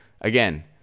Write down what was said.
again